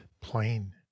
plain